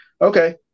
Okay